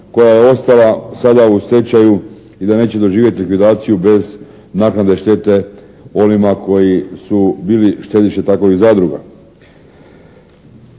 koja je ostala sada u stečaju i da neće doživjeti likvidaciju bez naknade štete onima koji su bili štediše takovih zadruga.